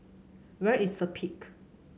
where is The Peak